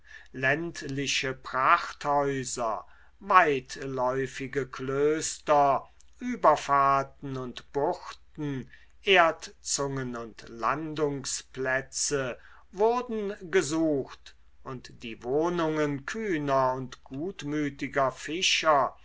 ländliche prachthäuser weitläufige klöster überfahrten und buchten erdzungen und landungsplätze wurden gesucht und die wohnungen kühner und gutmütiger fischer